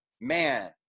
man